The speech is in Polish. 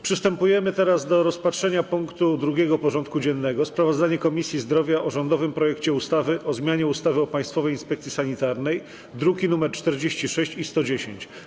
Przystępujemy do rozpatrzenia punktu 2. porządku dziennego: Sprawozdanie Komisji Zdrowia o rządowym projekcie ustawy o zmianie ustawy o Państwowej Inspekcji Sanitarnej (druki nr 46 i 110)